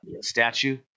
statue